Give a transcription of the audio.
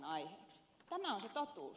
tämä on se totuus